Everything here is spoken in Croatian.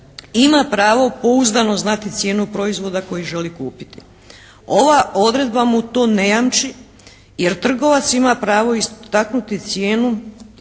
ima pravo pouzdano znati cijenu proizvoda koji želi kupiti. Ova odredba mu to ne jamči jer trgovac ima pravo istaknuti cijenu